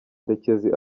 ndekezi